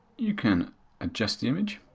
you can adjust the image,